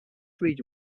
region